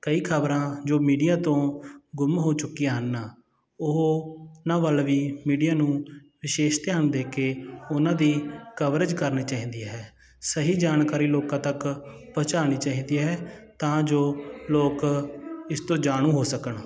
ਕਈ ਖ਼ਬਰਾਂ ਜੋ ਮੀਡੀਆ ਤੋਂ ਗੁੰਮ ਹੋ ਚੁੱਕੀਆਂ ਹਨ ਉਹਨਾਂ ਵੱਲ ਵੀ ਮੀਡੀਆ ਨੂੰ ਵਿਸ਼ੇਸ਼ ਧਿਆਨ ਦੇ ਕੇ ਉਹਨਾਂ ਦੀ ਕਵਰੇਜ ਕਰਨੀ ਚਾਹੀਦੀ ਹੈ ਸਹੀ ਜਾਣਕਾਰੀ ਲੋਕਾਂ ਤੱਕ ਪਹੁੰਚਾਉਣੀ ਚਾਹੀਦੀ ਹੈ ਤਾਂ ਜੋ ਲੋਕ ਇਸ ਤੋਂ ਜਾਣੂ ਹੋ ਸਕਣ